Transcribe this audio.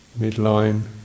midline